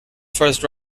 first